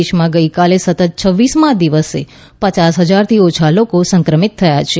દેશમાં ગઈકાલે સતત છવ્વીસમાં દિવસે પચાસ હજારથી ઓછા લોકો સંક્રમિત થયા છે